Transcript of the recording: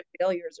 failures